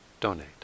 donate